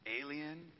Alien